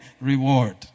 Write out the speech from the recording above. reward